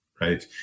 Right